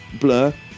Blur